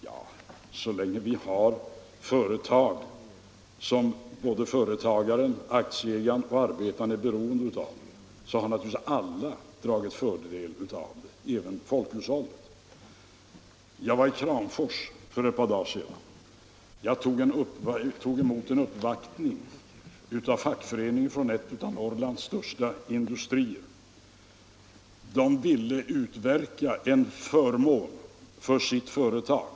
Ja, så länge vi har företag som såväl företagaren och aktieägaren som arbetaren är beroende av har naturligtvis alla dragit fördel av den — även folkhushållet. Jag var i Kramfors för ett par dagar sedan, där jag tog emot en uppvaktning av fackföreningen vid en av Norrlands största industrier. Man ville utverka en förmån för sitt företag.